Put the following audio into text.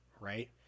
right